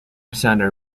centre